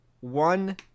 one